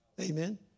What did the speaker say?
Amen